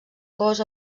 cos